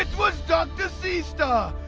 was dr. seastar.